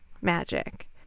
magic